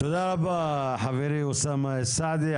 תודה רבה, חברי, אוסאמה סעדי.